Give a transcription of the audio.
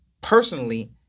Personally